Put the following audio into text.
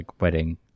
wedding